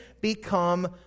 become